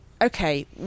okay